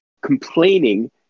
complaining